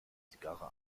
zigarre